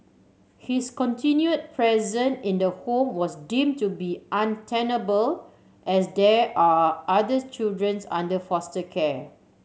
his continued presence in the home was deemed to be untenable as there are others children's under foster care